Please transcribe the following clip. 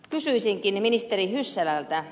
kysyisinkin ministeri hyssälältä